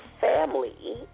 family